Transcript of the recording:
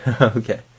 Okay